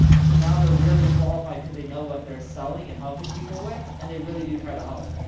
so, now they're really qualified, cause they know what they're selling and helping people with, and they really do try to help.